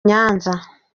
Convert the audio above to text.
nyanza